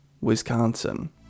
Wisconsin